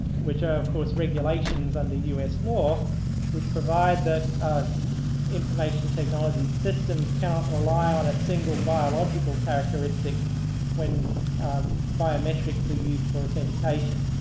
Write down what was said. which are, of course, regulations under u s. law which provide that information technology systems can't rely on a single biological characteristic when biometrics are used for authentication.